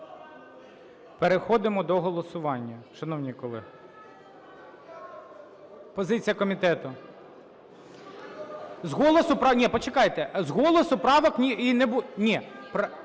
Переходимо до голосування, шановні колеги. Позиція комітету. З голосу… Ні, почекайте, з голосу правок і